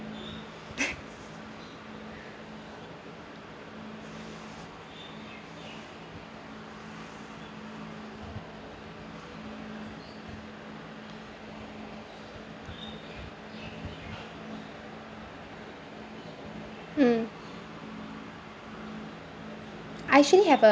hmm I actually have a